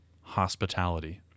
hospitality